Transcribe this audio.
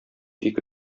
ике